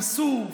נסעו,